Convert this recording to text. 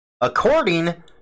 according